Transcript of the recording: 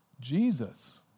Jesus